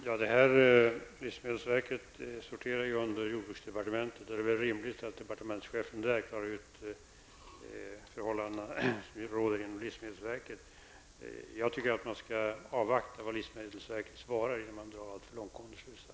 Herr talman! Livsmedelsverket sorterar under jordbruksdepartementet, och det är väl rimligt att departementschefen där klarar ut de förhållanden som råder inom livsmedelsverket. Jag anser att man skall avvakta vad livsmedelsverket svarar innan man drar alltför långtgående slutsatser.